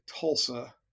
Tulsa